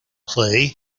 play